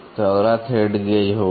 तो अगला thread gauge होगा